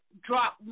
drop